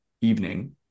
evening